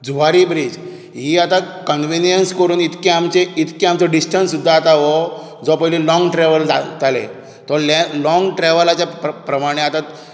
त्या भायर जुवारी ब्रिज ही आता कन्वीनीयन्स करून इतकी आमचें इतकी आमचो डिस्टन्स सुद्दां आतां हो जो पयली लोंग ट्रेवल जाताले तो आता लोंग ट्रेवलाच्या प्रमाणे आतां